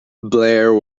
blair